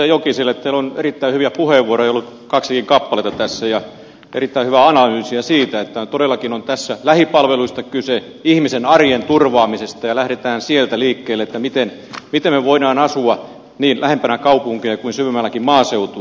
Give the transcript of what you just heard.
teillä on erittäin hyviä puheenvuoroja ollut kaksikin kappaletta tässä ja erittäin hyvää analyysiä siitä että on todellakin tässä lähipalveluista kyse ihmisen arjen turvaamisesta ja lähdetään sieltä liikkeelle miten me voimme asua sekä lähempänä kaupunkia että syvemmälläkin maaseutua